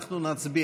אנחנו נצביע.